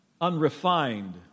unrefined